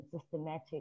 systematic